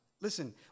Listen